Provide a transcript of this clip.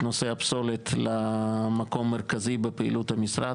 נושא הפסולת למקום המרכזי בפעילות המשרד.